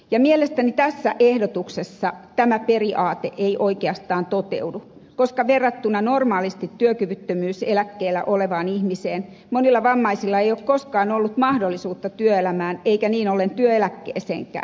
mielestäni tässä ehdotuksessa tämä periaate ei oikeastaan toteudu koska verrattuna normaalisti työkyvyttömyyseläkkeellä olevaan ihmiseen monilla vammaisilla ei ole koskaan ollut mahdollisuutta työelämään eikä niin ollen työeläkkeeseenkään